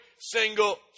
single